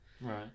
Right